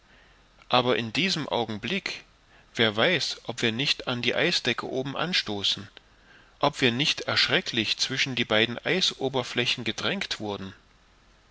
aber in diesem augenblick wer weiß ob wir nicht an die eisdecke oben anstoßen ob wir nicht erschrecklich zwischen die beiden eisoberflächen gedrängt wurden